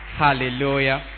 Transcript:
Hallelujah